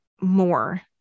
more